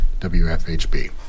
WFHB